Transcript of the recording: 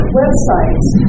websites